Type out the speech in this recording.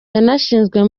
yarashinzwe